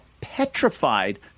petrified